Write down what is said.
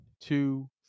two